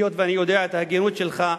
היות שאני יודע את ההגינות שלך,